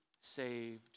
saved